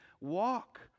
walk